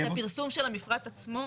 את הפרסום של המפרט עצמו,